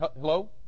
Hello